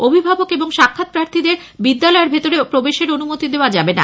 অভিভাবক এবং সাক্ষাৎ প্রার্থীদের বিদ্যালয়ের ভিতরে প্রবেশের অনুমতি দেওয়া যাবে না